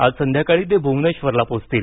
आज संध्याकाळी ते भुवनेश्वरला पोचतील